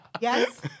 Yes